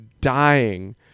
dying